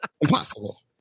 Impossible